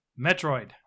metroid